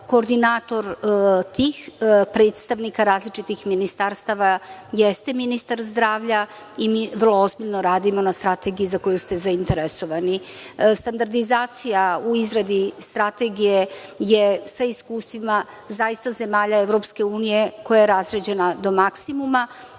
Koordinator tih predstavnika različitih ministarstava jeste ministar zdravlja i mi vrlo ozbiljno radimo na strategiji za koju ste zainteresovani. Standardizacija u izradi strategije je sa iskustvima zaista zemalja EU koja je razrađena do maksimuma,